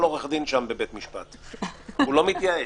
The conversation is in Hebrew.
מתעייף.